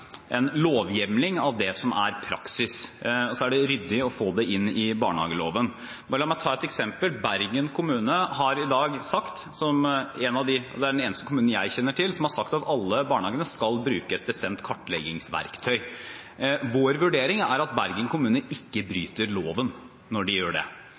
lovhjemling av det som er praksis, og da er det ryddig å få det inn i barnehageloven. Bare la meg ta et eksempel: Bergen kommune har i dag sagt, som den eneste kommunen jeg kjenner til, at alle barnehagene skal bruke et bestemt kartleggingsverktøy. Vår vurdering er at Bergen kommune ikke bryter loven når de gjør det.